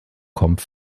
kommt